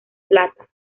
plata